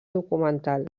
documental